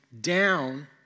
down